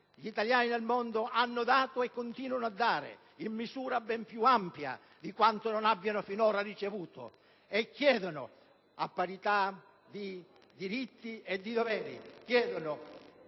gli italiani nel mondo hanno dato e continuano a dare in misura ben più ampia di quanto non abbiano finora ricevuto e chiedono (chiedono,